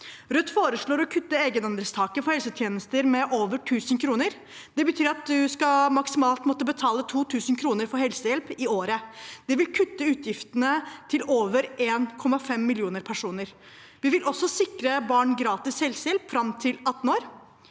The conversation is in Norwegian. Rødt foreslår å kutte egenandelstaket for helsetjenester med over 1 000 kr. Det betyr at man maksimalt skal måtte betale 2 000 kr for helsehjelp i året. Det vil kutte utgiftene til over 1,5 millioner personer. Vi vil også sikre barn gratis helsehjelp fram til 18 år.